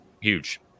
huge